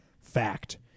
Fact